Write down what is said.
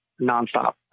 nonstop